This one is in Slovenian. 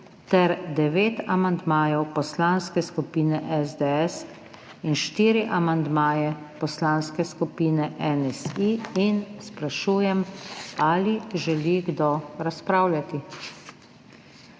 devet amandmajev Poslanske skupine SDS in štiri amandmaje Poslanske skupine NSi in sprašujem, ali želi kdo razpravljati.